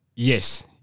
Yes